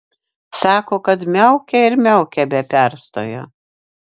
sako kad miaukia ir miaukia be perstojo